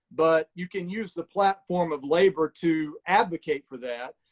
but you can use the platform of labor to advocate for that.